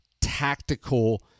tactical